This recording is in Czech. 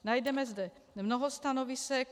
Najdeme zde mnoho stanovisek.